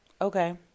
Okay